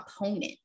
opponent